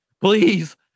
please